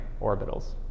orbitals